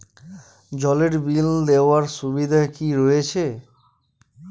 জলের বিল দেওয়ার সুবিধা কি রয়েছে?